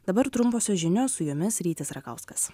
dabar trumposios žinios su jumis rytis rakauskas